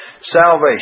Salvation